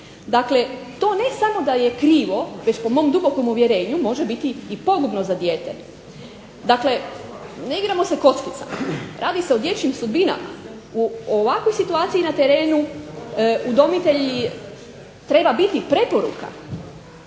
Dakle, to ne samo da je krivo već po mom dubokom uvjerenju može biti i pogubno za dijete. Dakle, ne igramo se kockicama, radi se o dječjim sudbinama. U ovakvoj situaciji na terenu udomitelji trebaju biti preporuka,